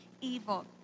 evil